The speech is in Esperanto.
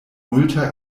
multaj